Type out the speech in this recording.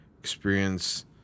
experience